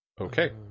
Okay